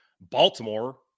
Baltimore